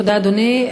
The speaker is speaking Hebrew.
תודה, אדוני.